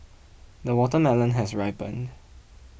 the watermelon has ripened